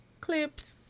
clipped